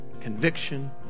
Conviction